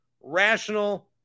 rational